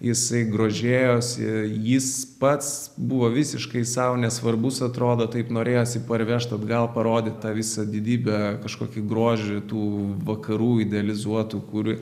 jisai grožėjosi jis pats buvo visiškai sau nesvarbūs atrodo taip norėjosi parvežt atgal parodyti tą visą didybę kažkokį grožį tų vakarų idealizuotų kur